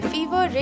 Fever